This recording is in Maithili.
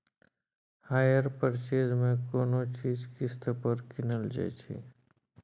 हायर पर्चेज मे कोनो चीज किस्त पर कीनल जाइ छै